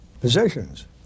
positions